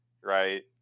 Right